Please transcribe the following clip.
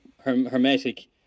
Hermetic